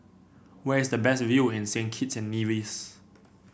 where is the best view in Saint Kitts and Nevis